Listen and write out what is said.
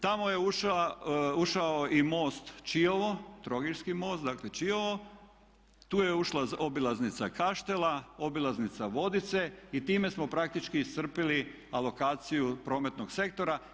Tamo je ušao i most Čiovo, trogirski most dakle Čiovo, tu je ušla obilaznica Kaštela, obilaznica Vodice i time smo praktički iscrpili alokaciju prometnog sektora.